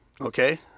okay